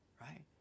right